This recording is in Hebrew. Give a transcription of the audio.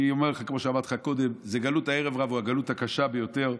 אני אומר לך כמו שאמרתי לך קודם: גלות הערב רב היא הגלות הקשה ביותר,